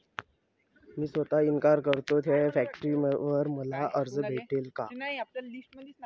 मी सौता इनकाम करतो थ्या फॅक्टरीवर मले कर्ज भेटन का?